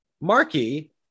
Marky